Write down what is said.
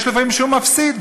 יש לפעמים שהוא מפסיד,